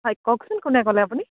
হয় কওকচোন কোনে ক'লে আপুনি